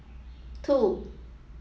two